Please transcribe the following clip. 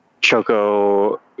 Choco